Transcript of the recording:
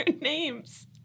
names